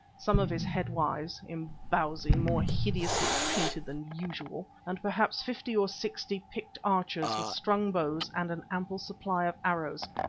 some of his head wives, imbozwi more hideously painted than usual, and perhaps fifty or sixty picked archers with strung bows and an ample supply of arrows,